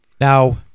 now